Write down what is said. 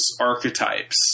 archetypes